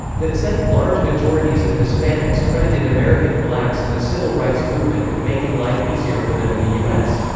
that said, large majorities of hispanics credited american blacks and the civil rights movement with making life easier for them in the us.